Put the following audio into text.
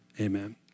amen